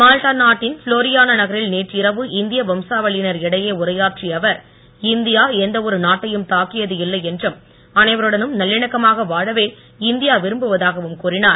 Malta நாட்டின் Floriana நகரில் நேற்று இரவு இந்தியா வம்சாவளியினர் இடையே உரையாற்றிய அவர் இந்தியா எந்த ஒரு நாட்டையும் தாக்கியது இல்லை என்றும் அனைவருடனும் நல்லிணக்கமாக வாழவே இந்தியா விரும்புவதாகவும் கறினார்